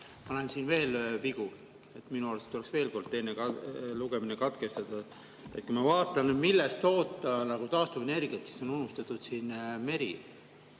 Ma näen siin veel vigu, minu arust tuleks veel kord teine lugemine katkestada. Kui me vaatame, millest toota taastuvenergiat, siis siin on unustatud meri,